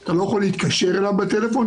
אתה לא יכול להתקשר אליו בטלפון,